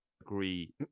agree